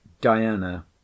Diana